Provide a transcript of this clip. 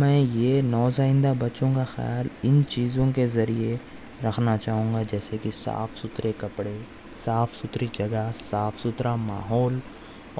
میں یہ نوزائدہ بچوں کا خیال اِن چیزوں کے ذریعے رکھنا چاہوں گا جیسے کہ صاف سُتھرے کپڑے صاف سُتھری جگہ صاف سُتھرا ماحول